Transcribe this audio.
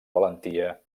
valentia